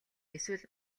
эсвэл